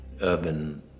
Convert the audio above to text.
urban